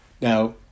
Now